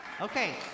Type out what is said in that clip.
Okay